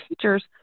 teachers